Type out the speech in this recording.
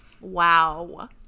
Wow